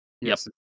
Yes